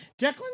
Declan